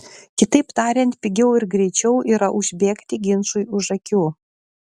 kitaip tariant pigiau ir greičiau yra užbėgti ginčui už akių